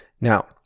Now